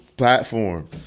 Platform